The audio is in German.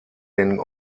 den